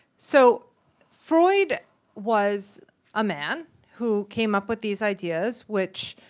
so freud was a man who came up with these ideas which